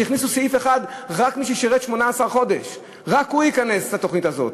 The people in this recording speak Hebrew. והכניסו סעיף אחד שרק מי ששירת 18 חודש ייכנס לתוכנית הזאת.